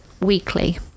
weekly